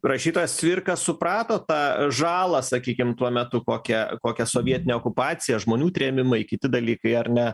rašytojas cvirka suprato tą žalą sakykim tuo metu kokią kokią sovietinė okupacija žmonių trėmimai kiti dalykai ar ne